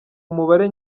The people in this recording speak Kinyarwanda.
umubare